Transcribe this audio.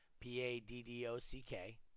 p-a-d-d-o-c-k